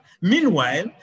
Meanwhile